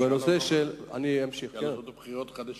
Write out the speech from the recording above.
אפשר לעשות בחירות חדשות.